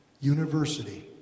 university